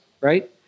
right